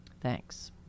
Thanks